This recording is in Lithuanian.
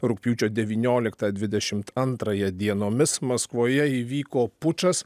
rugpjūčio devynioliktą dvidešimt antrąją dienomis maskvoje įvyko pučas